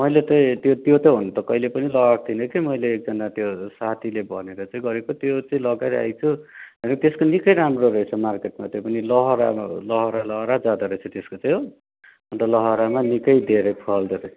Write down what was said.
मैले चाहिँ त्यो त्यो त हुनु त कहिले पनि लगाएको थिइनँ कि मैले एकजना त्यो साथीले भनेर चाहिँ गरेको त्यो चाहिँ लगाइरहेको छु र त्यसको निकै राम्रो रहेछ मार्केटमा त्यो पनि लहरामा लहरा लहरा जाँदो रहेछ त्यसको चाहिँ हो अन्त लहरामा निकै धेरै फल्दो रहेछ